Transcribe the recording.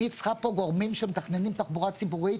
אני צריכה פה גורמים שמתכננים תחבורה ציבורית,